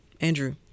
Andrew